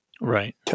Right